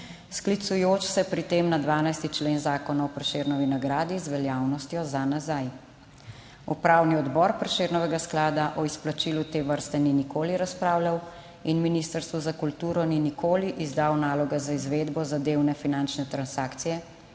sklicujoč se pri tem na 12. člen Zakona o Prešernovi nagradi z veljavnostjo za nazaj. Upravni odbor Prešernovega sklada o izplačilu te vrste ni nikoli razpravljal in Ministrstvo za kulturo ni nikoli izdal nalog za izvedbo zadevne finančne transakcije,